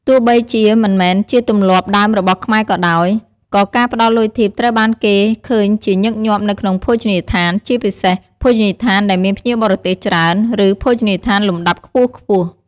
ទោះបីជាមិនមែនជាទម្លាប់ដើមរបស់ខ្មែរក៏ដោយ ក៏ការផ្ដល់លុយធីបត្រូវបានគេឃើញជាញឹកញាប់នៅក្នុងភោជនីយដ្ឋាន ជាពិសេសភោជនីយដ្ឋានដែលមានភ្ញៀវបរទេសច្រើន ឬភោជនីយដ្ឋានលំដាប់ខ្ពស់ៗ។